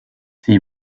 sie